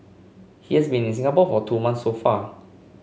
he has been in Singapore for two months so far